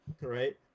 Right